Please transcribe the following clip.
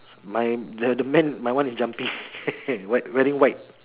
my the man my one is jumping white wearing white